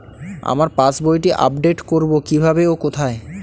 আমার পাস বইটি আপ্ডেট কোরবো কীভাবে ও কোথায়?